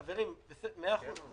חברים, מאה אחוז.